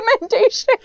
recommendation